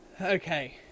Okay